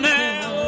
now